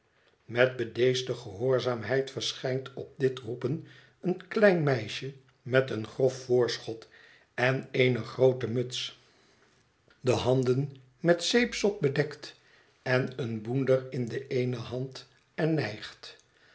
met bedeesde gehoorzaamheid verschijnt op dit roepen een klein meisje met een grof voorschoot en eene groote muts de handen met zeepsop bedekt en een boender in de eene hand en nijgt